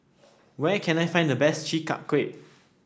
where can I find the best Chi Kak Kuih